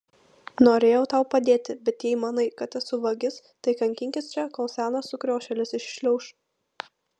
norėjau tau padėti bet jei manai kad esu vagis tai kankinkis čia kol senas sukriošėlis iššliauš